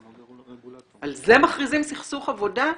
על זה מכריזים סכסוך עבודה?